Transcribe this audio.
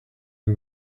who